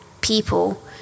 people